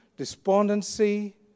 Despondency